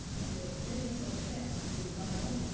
and there are many such texts in the bible.